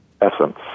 essence